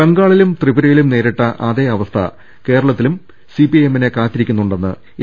ബംഗാളിലും ത്രിപുരയിലും നേരിട്ട അതേ അവസ്ഥ കേരള ത്തിലും സിപിഐഎമ്മിനെ കാത്തിരിക്കുന്നുണ്ടെന്ന് എ